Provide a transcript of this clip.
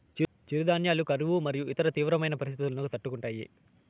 చిరుధాన్యాలు కరువు మరియు ఇతర తీవ్రమైన పరిస్తితులను తట్టుకుంటాయి